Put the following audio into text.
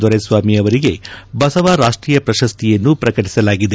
ದೊರೆಸ್ವಾಮಿ ಅವರಿಗೆ ಬಸವ ರಾಷ್ಟೀಯ ಪ್ರಶಸ್ತಿಯನ್ನು ಪ್ರಕಟಸಲಾಗಿದೆ